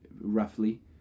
roughly